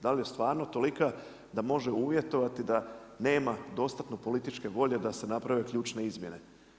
Da li je stvarno tolika da može uvjetovati da nema dostatno političke volje da se naprave ključne izmjene?